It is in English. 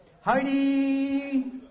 Heidi